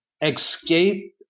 escape